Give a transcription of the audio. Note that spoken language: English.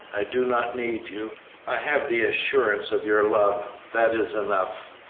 i do not need you i have the assurance of your love that is enough.